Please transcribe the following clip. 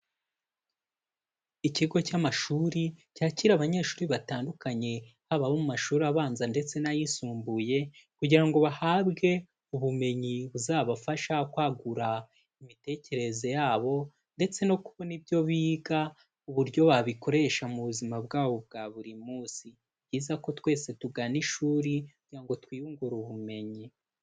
Ikigo cy'amashuri cyakira abanyeshuri batandukanye, haba abo mu mashuri abanza ndetse n'ayisumbuye kugira ngo bahabwe ubumenyi buzabafasha kwagura imitekerereze yabo, ndetse no kubona ibyo biga, uburyo babikoresha mu buzima bwabo bwa buri munsi, ni byiza ko twese tugana ishuri, kugira ngo twiyungure ubumenyi.